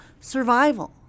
survival